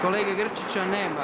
Kolege Grčića nema.